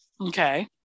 okay